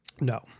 No